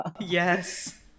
Yes